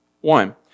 One